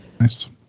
Nice